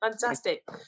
Fantastic